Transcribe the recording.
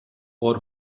بار